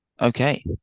okay